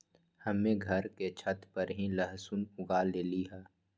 हम्मे घर के छत पर ही लहसुन उगा लेली हैं